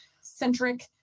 centric